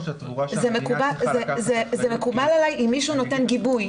זה מקובל עלי אם מישהו נותן גיבוי.